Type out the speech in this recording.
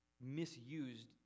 misused